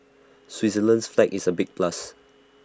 Switzerland's flag is A big plus